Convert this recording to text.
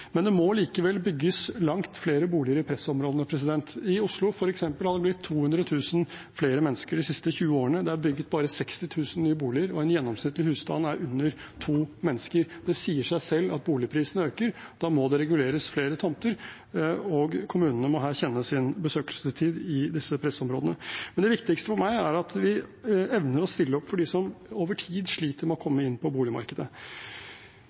må det bygges langt flere boliger i pressområdene. I Oslo er det f.eks. blitt 200 000 flere mennesker de siste 20 årene, det er bygget bare 60 000 nye boliger, og en gjennomsnittlig husstand er på under to mennesker. Det sier seg selv at boligprisene øker. Da må det reguleres flere tomter, og kommunene må kjenne sin besøkelsestid i disse pressområdene. Men det viktigste for meg er at vi evner å stille opp for dem som over tid sliter med å komme inn på boligmarkedet. Ifølge SSB var det 179 000 vanskeligstilte på boligmarkedet